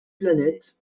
planète